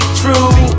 true